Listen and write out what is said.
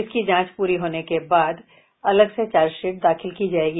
इसकी जाचं पूरी होने के बाद अलग से चार्जशीट दाखिल की जायेगी